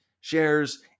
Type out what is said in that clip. shares